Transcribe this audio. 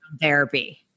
therapy